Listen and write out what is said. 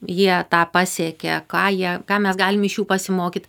jie tą pasiekė ką jie ką mes galim iš jų pasimokyt